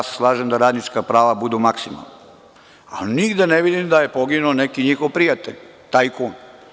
Slažem se da radnička prava budu do maksimuma, ali nigde ne vidim da je poginuo neki njihov prijatelj tajkun.